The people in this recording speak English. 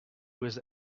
was